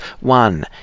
one